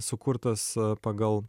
sukurtas pagal